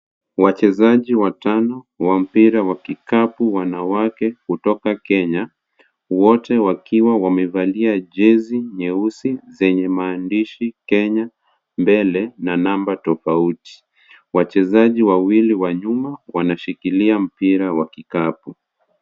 Wachezaji watano wa mpira wa kikapu wanawake kutoka Kenya wote wakiwa wamevalia jezi nyeusi zenye maandishi Kenya mbele na namba tofauti. Wachezaji wawili wa nyuma wanashikilia mpira wa kikapu.